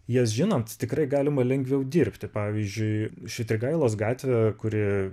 jas žinant tikrai galima lengviau dirbti pavyzdžiui švitrigailos gatvė kuri